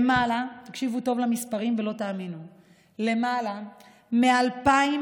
תקשיבו טוב למספרים ולא תאמינו: למעלה מ-2,000